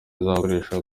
izakoresha